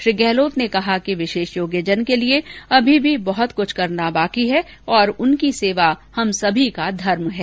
श्री गहलोत ने कहा कि विशेष योग्यजन के लिए अमी भी बहत कुछ करना बाकी है और उनकी सेवा हम सभी का धर्म है